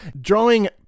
drawing